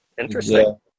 interesting